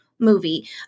movie